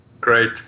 Great